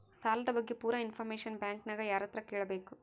ಸಾಲದ ಬಗ್ಗೆ ಪೂರ ಇಂಫಾರ್ಮೇಷನ ಬ್ಯಾಂಕಿನ್ಯಾಗ ಯಾರತ್ರ ಕೇಳಬೇಕು?